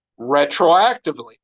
retroactively